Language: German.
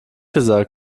gleich